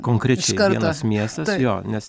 konkrečiai vienas miestas jo nes